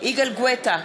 יגאל גואטה,